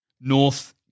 North